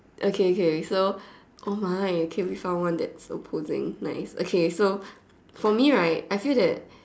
okay okay so oh my okay we found one that's opposing nice okay so for me right I feel that